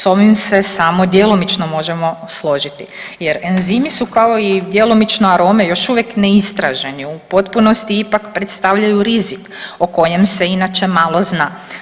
S ovim se samo djelomično možemo složiti jer, enzimi su kao i djelomično arome, još uvijek neistraženi u potpunosti, ipak predstavljaju rizik o kojem se inače malo zna.